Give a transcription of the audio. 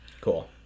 Cool